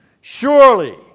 surely